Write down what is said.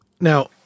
Now